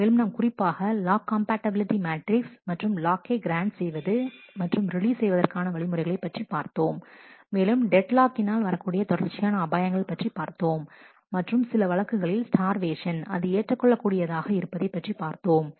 மேலும் நாம் குறிப்பாக லாக் காம்பாட்டலிட்டி மாட்ரிக்ஸ் மற்றும் லாக்கை கிராண்ட் செய்வது மற்றும் ரிலீஸ் செய்வதற்கான வழிமுறைகள் பற்றி பார்த்தோம் மேலும் நாம் டெட் லாக்கினால் வரக்கூடிய தொடர்ச்சியான அபாயங்கள் பற்றி பார்த்தோம் மற்றும் சில வழக்குகளில் ஸ்டர்வேஷன் அது ஏற்றுக்கொள்ளக்கூடியதாக இருப்பதை பற்றி பார்த்தோம்